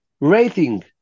rating